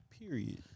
Period